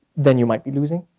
then you might be losing.